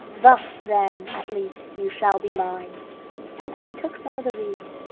thus, then, at least, you shall be mine and he took some of the reeds,